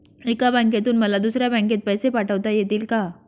एका बँकेतून मला दुसऱ्या बँकेत पैसे पाठवता येतील का?